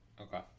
Okay